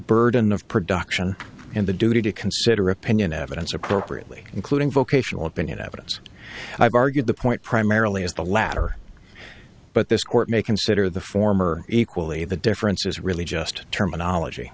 burden of production and the duty to consider opinion evidence appropriately including vocational opinion evidence i've argued the point primarily as the latter but this court may consider the former equally the difference is really just terminology